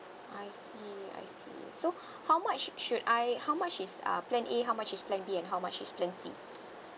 I see I see so how much should should I how much is uh plan A how much is plan B and how much is plan C